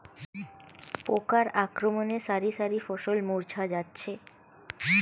পোকার আক্রমণে শারি শারি ফসল মূর্ছা যাচ্ছে